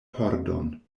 pordon